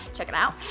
check it out.